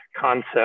concept